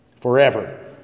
forever